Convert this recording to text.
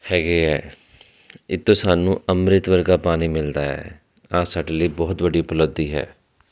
ਹੈਗੇ ਆ ਇਹਤੋਂ ਸਾਨੂੰ ਅੰਮ੍ਰਿਤ ਵਰਗਾ ਪਾਣੀ ਮਿਲਦਾ ਹੈ ਆਹ ਸਾਡੇ ਲਈ ਬਹੁਤ ਵੱਡੀ ਉਪਲਬੱਧੀ ਹੈ